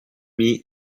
amie